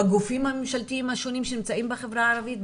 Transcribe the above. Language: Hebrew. בגופים הממשלתיים השונים שנמצאים בחברה הערבית,